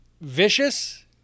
Vicious